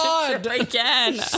Again